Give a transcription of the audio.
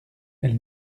elle